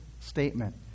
statement